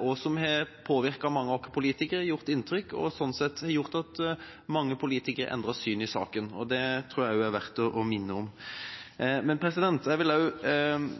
og som har påvirket og gjort inntrykk på mange politikere og ført til at mange politikere har endret syn i saken. Det tror jeg det er verdt å minne om. Jeg vil